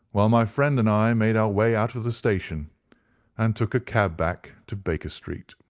while my friend and i made our way out of the station and took a cab back to baker street.